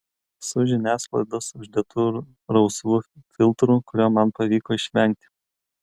su žiniasklaidos uždėtu rausvu filtru kurio man pavyko išvengti